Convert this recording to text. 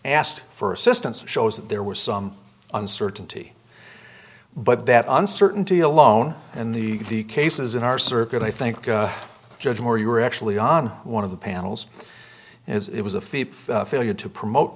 asked for assistance shows that there were some uncertainty but that uncertainty alone and the cases in our circuit i think judge moore you were actually on one of the panels as it was a feed failure to promote